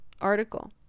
article